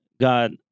god